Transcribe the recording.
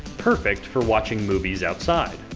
perfect for watching movies outside.